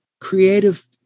creative